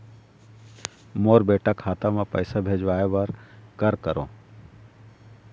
मोर बेटा खाता मा पैसा भेजवाए बर कर करों?